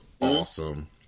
awesome